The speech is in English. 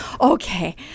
Okay